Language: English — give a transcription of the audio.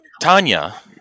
Tanya